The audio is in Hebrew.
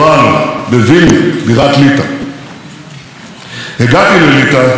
הגעתי לליטא למפגש היסטורי עם מנהיגי המדינות הבלטיות.